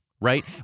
Right